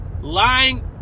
Lying